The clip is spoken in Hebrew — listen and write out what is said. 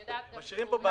אני יודעת גם ש